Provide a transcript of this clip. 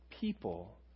people